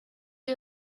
you